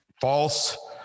false